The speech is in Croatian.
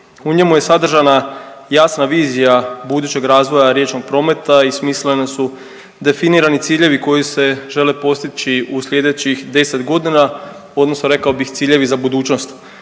U njemu je sadržana jasna vizija budućeg razvoja riječnog prometa i smisleno su definirani ciljevi koji se žele postići u sljedećih 10 godina odnosno rekao bih ciljevi za budućnost.